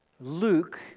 Luke